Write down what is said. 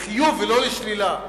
לחיוב ולא לשלילה.